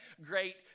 great